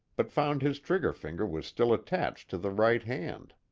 but found his trigger-finger was still attached to the right hand.